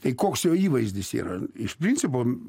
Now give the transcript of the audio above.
tai koks jo įvaizdis yra iš principo